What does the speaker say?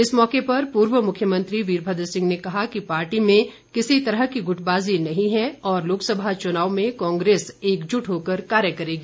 इस मौके पर पूर्व मुख्यमंत्री वीरभद्र सिंह ने कहा कि पार्टी में किसी तरह की गुटबाज़ी नहीं है और लोकसभा चुनाव में कांग्रेस एकजुट होकर कार्य करेगी